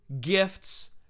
gifts